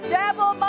devil